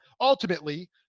Ultimately